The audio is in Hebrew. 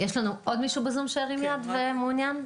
תודה.